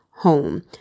Home